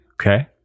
Okay